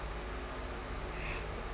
ya